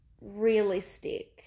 realistic